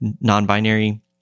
non-binary